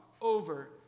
over